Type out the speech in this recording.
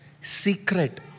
Secret